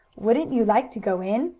wouldn't you like to go in?